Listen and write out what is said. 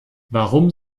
warum